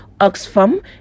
Oxfam